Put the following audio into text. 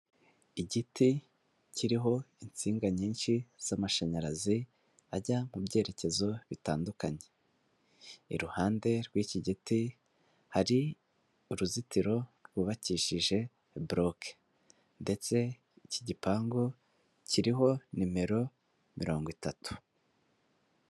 Igiti kiriho insinga nyinshi z'amashanyarazi ajya mu byerekezo bitandukanye, iruhande rw'iki giti hari uruzitiro rwubakishije buroke ndetse iki gipangu kiriho nimero mirongo itatu.